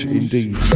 indeed